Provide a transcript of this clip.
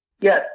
Yes